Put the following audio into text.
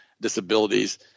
disabilities